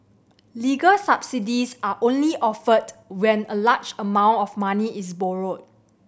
legal subsidies are only offered when a large amount of money is borrowed